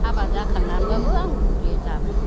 हाबा जाखांनानैबाबो आं गुरो दाबो